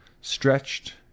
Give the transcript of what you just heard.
stretched